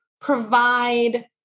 provide